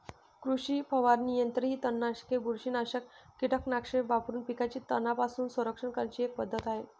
कृषी फवारणी यंत्र ही तणनाशके, बुरशीनाशक कीटकनाशके वापरून पिकांचे तणांपासून संरक्षण करण्याची एक पद्धत आहे